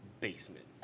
basement